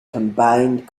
combined